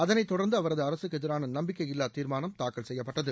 அதனை தொடர்ந்து அவரது அரசுக்கு எதிரான நம்பிக்கையில்லா தீர்மானம் தாக்கல் செய்யப்பட்டது